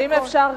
האם אפשר,